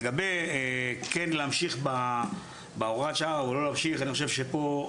לגבי כן להמשיך בהוראת השעה או לא להמשיך פה אני חושב שבסוף,